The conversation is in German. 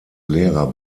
lehrer